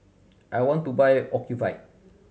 I want to buy Ocuvite